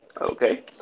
okay